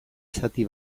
zati